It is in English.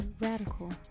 radical